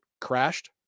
crashed